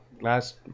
last